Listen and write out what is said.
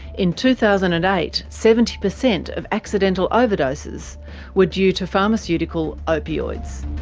in two thousand and eight, seventy percent of accidental overdoses were due to pharmaceutical opioids.